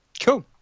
Cool